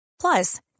Plus